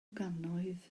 gannoedd